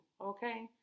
okay